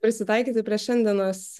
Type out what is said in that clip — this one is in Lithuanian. prisitaikyti prie šiandienos